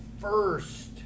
first